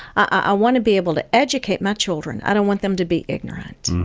i want to be able to educate my children. i don't want them to be ignorant.